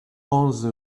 onze